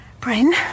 Bryn